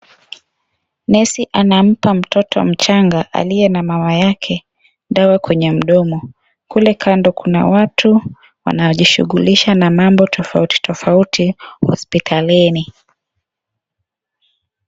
Nesi anampa mtoto mchanga aliye na mama yake dawa, kwenye mdomo kule kando kuna watu wanajishughulisha na mambo tofauti tofauti hospitalini.